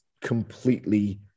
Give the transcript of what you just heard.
completely